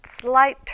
slight